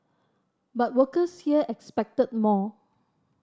but workers here expected more